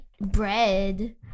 bread